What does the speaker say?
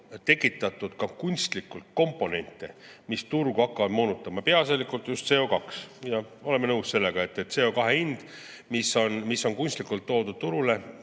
tekitatud ka kunstlikult komponente, mis turgu hakkavad moonutama, peaasjalikult just CO2. Ja oleme nõus sellega, et CO2hind, mis on kunstlikult toodud turule